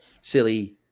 silly